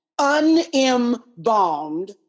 unembalmed